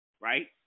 right